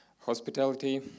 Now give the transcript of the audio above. hospitality